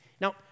Now